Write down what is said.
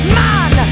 man